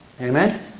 Amen